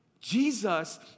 Jesus